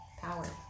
Power